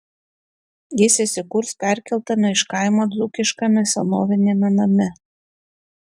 jis įsikurs perkeltame iš kaimo dzūkiškame senoviniame name